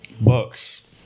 bucks